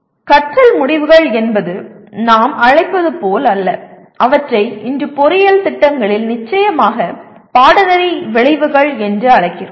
கற்றல் முடிவுகள் என்பது நாம் அழைப்பது போல் அல்ல அவற்றை இன்று பொறியியல் திட்டங்களில் நிச்சயமாக பாடநெறி விளைவுகள் என்று அழைக்கிறோம்